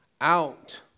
out